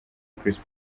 chris